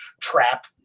trap